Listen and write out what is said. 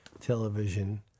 television